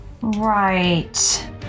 Right